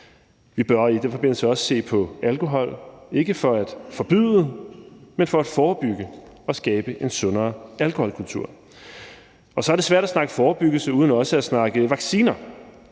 Vi bør i den forbindelse også se på alkohol, ikke for at forbyde, men for at forebygge og skabe en sundere alkoholkultur. Så er det svært at snakke forebyggelse uden også at snakke vacciner.